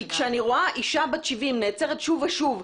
כשאני רואה אישה בת 70 נעצרת שוב ושוב,